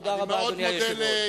תודה רבה, אדוני היושב-ראש.